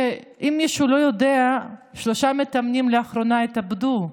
ואם מישהו לא יודע שלושה מתאמנים התאבדו לאחרונה.